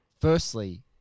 firstly